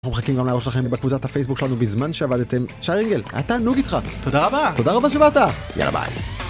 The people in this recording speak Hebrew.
אנחנו מחכים גם להראות לכם בקבוצת הפייסבוק שלנו בזמן שעבדתם. שי רינגל, היה תענוג איתך. תודה רבה. תודה רבה שבאת, יאללה ביי.